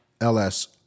ls